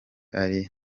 ari